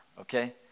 okay